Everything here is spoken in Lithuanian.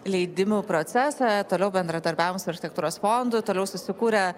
leidimų procesą toliau bendradarbiavom su architektūros fondu toliau susikūrė